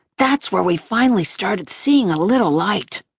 that's where we finally started seeing a little light.